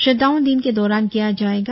shut down दिन के दौरान किया जाएगा